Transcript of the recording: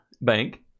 Bank